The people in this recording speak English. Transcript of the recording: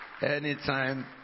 Anytime